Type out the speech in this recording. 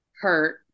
hurt